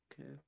Okay